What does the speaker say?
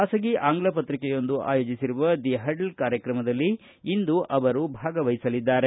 ಬಾಸಗಿ ಇಂಗ್ಲೀಷ್ ಪ್ರತಿಕೆಯೊಂದು ಆಯೋಜಿಸಿರುವ ದಿ ಹಡ್ಲ್ ಕಾರ್ಯಕ್ರಮದಲ್ಲಿ ಇಂದು ಅವರು ಭಾಗವಹಿಸಲಿದ್ದಾರೆ